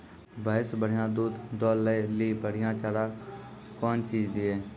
भैंस बढ़िया दूध दऽ ले ली बढ़िया चार कौन चीज दिए?